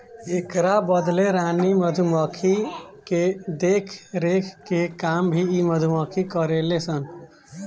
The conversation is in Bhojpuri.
एकरा बदले रानी मधुमक्खी के देखरेख के काम भी इ मधुमक्खी करेले सन